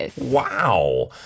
Wow